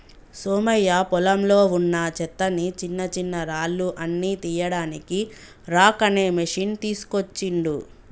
సోమయ్య పొలంలో వున్నా చెత్తని చిన్నచిన్నరాళ్లు అన్ని తీయడానికి రాక్ అనే మెషిన్ తీస్కోచిండు